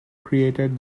created